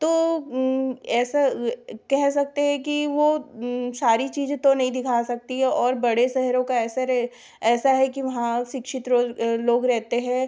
तो ऐसा कहे सकते हैं कि वह सारी चीज़ें तो नहीं दिखा सकती है और बड़े शहरों का ऐसा ऐसा है कि वहाँ शिक्षित लोग रहते हैं